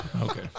Okay